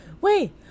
Wait